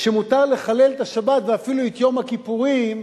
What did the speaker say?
שמותר לחלל את השבת ואפילו את יום הכיפורים